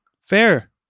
fair